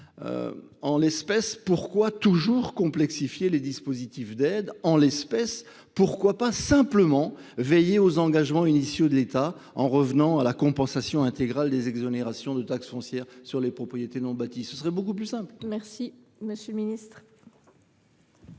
en l’espèce, pourquoi toujours complexifier les dispositifs d’aides ? En l’espèce, pourquoi ne pas simplement veiller aux engagements initiaux de l’État, en revenant à la compensation intégrale des exonérations de taxes foncières sur les propriétés non bâties ? Ce serait beaucoup plus simple. La parole est à M. le ministre